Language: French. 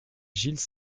gilles